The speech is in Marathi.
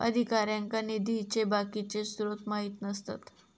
अधिकाऱ्यांका निधीचे बाकीचे स्त्रोत माहित नसतत